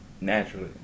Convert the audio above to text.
Naturally